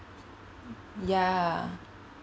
ya